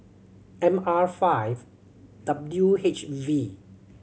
M R five W H V